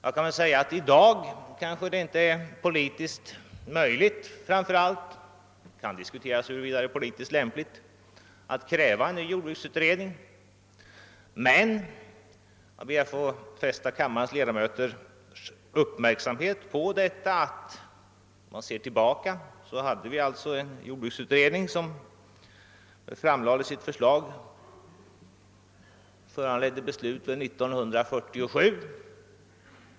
Det kanske framför allt inte är politiskt möjligt — det kan diskuteras huruvida det är politiskt lämpligt — att kräva en ny jordbruksutredning. Men, jag ber att få fästa kammarledamöternas uppmärksamhet på att vi, för att gå litet tillbaka i tiden, tillsatte en jordbruksutredning vars förslag föranledde beslut år 1947.